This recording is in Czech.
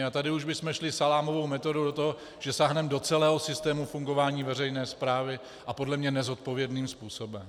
A tady už bychom šli salámovou metodou, že sáhneme do celého systému fungování veřejné správy, a podle mě nezodpovědným způsobem.